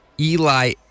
Eli